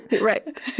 Right